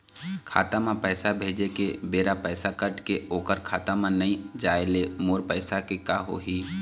खाता म पैसा भेजे के बेरा पैसा कट के ओकर खाता म नई जाय ले मोर पैसा के का होही?